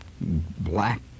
black